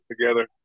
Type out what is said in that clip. together